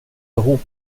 ihop